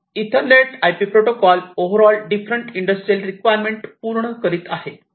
तर ethernet IP protocol overall different industrial requirement पूर्ण करीत आहे